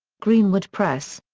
greenwood press.